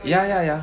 ya ya ya